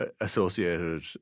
associated